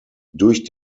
durch